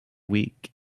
week